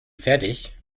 fertig